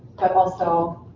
but also